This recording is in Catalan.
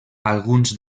alguns